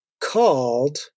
called